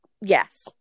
yes